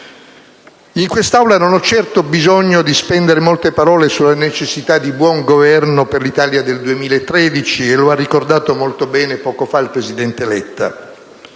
In quest'Aula non ho certo bisogno di spendere molte parole sulla necessità di buon governo per l'Italia del 2013, e lo ha ricordato molto bene poco fa il presidente Letta.